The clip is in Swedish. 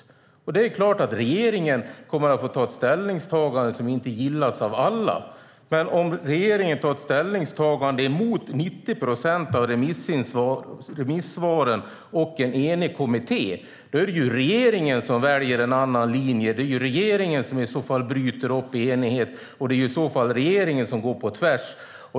Regeringen kommer naturligtvis att få göra ett ställningstagande som inte gillas av alla. Om regeringen gör ett ställningstagande som går emot 90 procent av remissvaren och en enig kommitté är det regeringen som väljer en annan linje, bryter upp en enighet och går på tvärs.